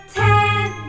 ten